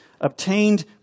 obtained